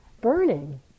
Burning